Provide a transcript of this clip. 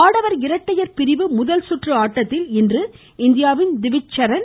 ஆடவர் இரட்டையர் பிரிவு முதல்சுற்று ஆட்டத்தில் இன்று இந்தியாவின் திவிச் சரண்